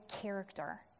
character